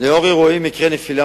1 3. לנוכח מקרי הנפילה,